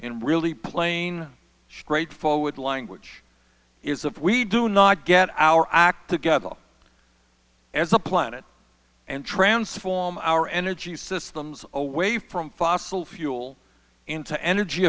in really plain straightforward language is if we do not get our act together as a planet and transform our energy systems away from fossil fuel into energy